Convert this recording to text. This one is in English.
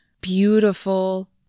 beautiful